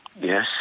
Yes